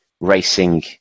racing